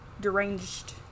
deranged